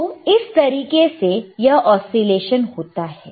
तो इस तरीके से यह ओसीलेशन होता है